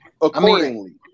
accordingly